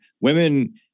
women